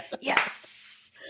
Yes